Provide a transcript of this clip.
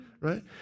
Right